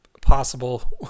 possible